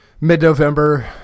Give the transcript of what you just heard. Mid-November